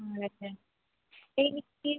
അതെ എനിക്ക്